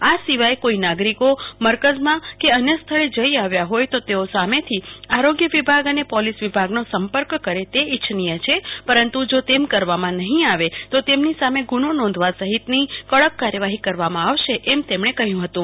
આ સિવાયના કોઈ નાગરીકો મરકઝમાં કે અન્ય સ્થળે જઈ આવ્યા હોય તો તેઓ સામેથી આરોગ્ય વિભાગ અને પોલીસ વિભાગનો સંપર્ક કરે તે ઇચ્છનીય છે પરંતુ જો તેમ કરવામાં નહિ આવે તો તેમની સામે ગુનો નોંધવા સહીતની કડક કાર્યવાહી કરવામાં આવશે તેમ તેમણે ઉમેર્યું હતું